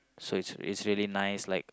so it's it's really nice like